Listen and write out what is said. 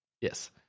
yes